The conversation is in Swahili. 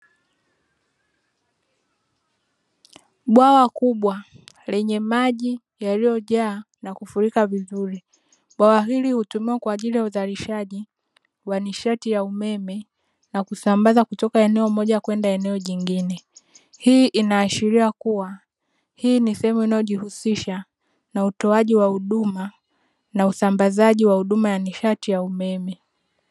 Bwawa kubwa lenye maji yaliyojaa na kufurika vizuri. Bwawa hili hutumiwa kwa ajili ya uzalishaji wa nishati ya umeme na kusambaza kutoka eneo moja kwenda eneo jingine. Hii inaashiria kuwa hii ni sehemu inayojihusisha na utoaji wa huduma na usambazaji wa huduma ya nishati ya umeme.